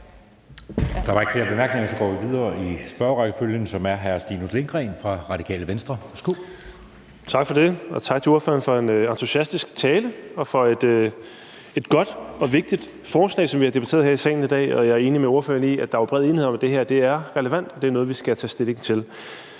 der var ikke flere korte bemærkninger. Så går vi videre i spørgerrækken til hr. Stinus Lindgreen, Radikale Venstre. Værsgo. Kl. 19:42 Stinus Lindgreen (RV): Tak for det. Og tak til ordføreren for en entusiastisk tale og for et godt og vigtigt forslag, som vi har debatteret her i salen i dag. Jeg er enig med ordføreren i, at der jo er bred enighed om, at det her er relevant og noget, vi skal tage stilling til.